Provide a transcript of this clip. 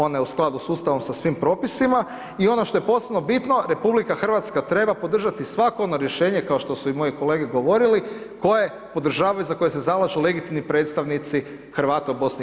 Ona je u skladu s Ustavom, sa svim propisima i ono što je posebno bitno, RH treba podržati svako ono rješenje, kao što su i moje kolege govorili koje podržavaju i za koje zalažu legitimni predstavnici Hrvata u BiH.